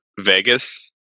vegas